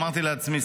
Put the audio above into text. אמרתי לעצמי,